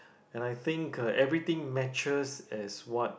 and I think everything matches as what